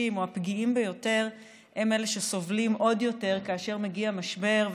או הפגיעים ביותר הם אלה שסובלים עוד יותר כאשר מגיע משבר,